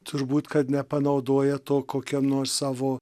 turbūt kad nepanaudoja to kokiam nors savo